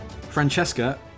Francesca